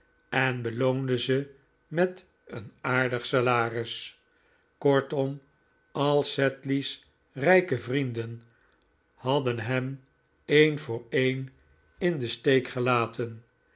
en beloonde ze met een aardig salaris kortom al sedley's rijke vrienden hadden hem een voor een in den steek gelaten